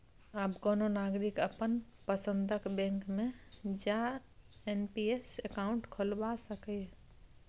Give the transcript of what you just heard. आब कोनो नागरिक अपन पसंदक बैंक मे जा एन.पी.एस अकाउंट खोलबा सकैए